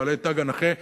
בעלי תג הנכה,